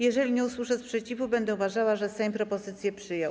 Jeżeli nie usłyszę sprzeciwu, będę uważała, że Sejm propozycję przyjął.